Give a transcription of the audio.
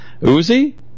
Uzi